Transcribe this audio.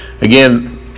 Again